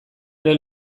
ere